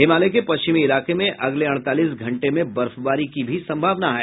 हिमालय के पश्चिमी इलाके में अगले अड़तालीस घंटे में बर्फबारी की सम्भावना है